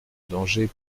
danger